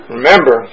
Remember